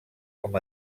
com